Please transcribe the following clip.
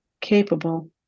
capable